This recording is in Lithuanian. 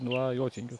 nuo jotvingių